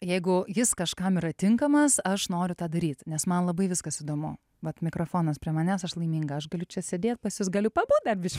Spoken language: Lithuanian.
jeigu jis kažkam yra tinkamas aš noriu tą daryt nes man labai viskas įdomu vat mikrofonas prie manęs aš laiminga aš galiu čia sėdėt pas jus galiu pabūt dar biškį